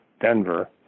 Denver